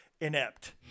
Inept